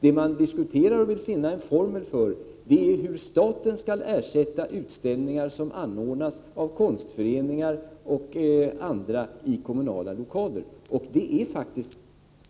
Det man diskuterar och vill finna en formel för är hur staten skall ersätta utställningar som anordnas av konstföreningar och andra i kommunala lokaler. Detta är faktiskt